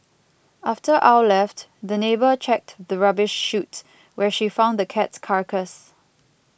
after Ow left the neighbour checked the rubbish chute where she found the cat's carcass